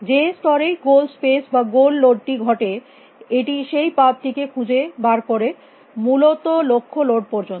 যে স্তরেই goal space বা গোল লোডটি ঘটে এটি সেই পাথ টিকে খুঁজে বার করে মূলত লক্ষ্য লোড পর্যন্ত